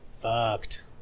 fucked